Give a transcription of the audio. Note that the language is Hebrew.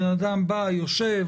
בן אדם בא ויושב,